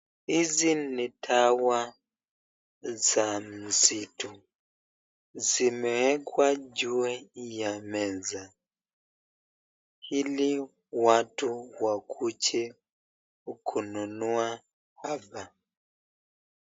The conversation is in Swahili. Hizi ni dawa za msitu zimewekwa juu ya meza ili watu wakuje kununua hapa.